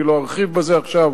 אני לא ארחיב בזה עכשיו.